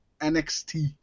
nxt